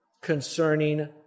Concerning